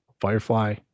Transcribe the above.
Firefly